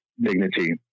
dignity